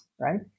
right